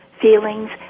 feelings